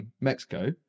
Mexico